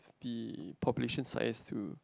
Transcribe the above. the population size to